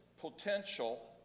potential